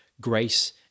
grace